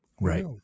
Right